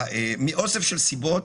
מאוסף של סיבות,